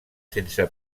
sense